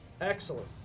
Excellent